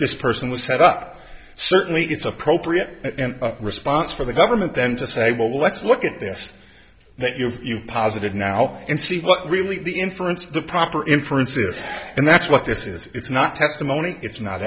this person was set up certainly it's appropriate response for the government them to say well let's look at this that you have you positive now and see what really the inference of the proper inference is and that's what this is it's not testimony it's not